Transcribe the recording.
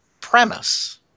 premise